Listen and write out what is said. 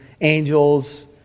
angels